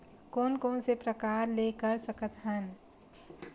कोन कोन से प्रकार ले कर सकत हन?